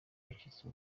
wacitse